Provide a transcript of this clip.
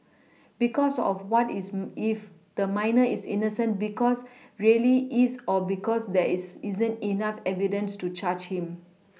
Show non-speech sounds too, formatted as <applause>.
because of what is <hesitation> if the minor is innocent because really is or because there is isn't enough evidence to charge him